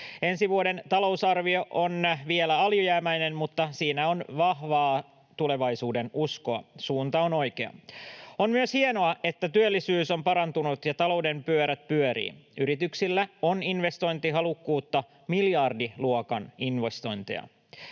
Ensi vuoden talousarvio on vielä alijäämäinen, mutta siinä on vahvaa tulevaisuudenuskoa. Suunta on oikea. On myös hienoa, että työllisyys on parantunut ja talouden pyörät pyörivät. Yrityksillä on investointihalukkuutta, miljardiluokan investointeja.